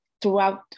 throughout